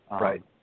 Right